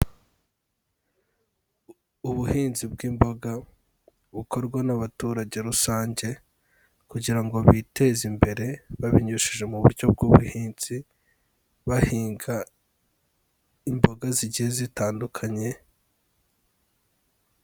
Ubuhinzi bw'imboga bukorwa n'abaturage rusange kugira ngo biteze imbere, babinyujije mu buryo bw'ubuhinzi, bahinga imboga zigiye zitandukanye.